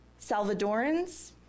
Salvadorans